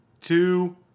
two